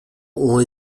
ont